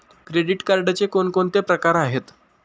Credit कार्डचे कोणकोणते प्रकार आहेत?